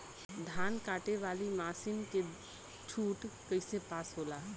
धान कांटेवाली मासिन के छूट कईसे पास होला?